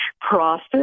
process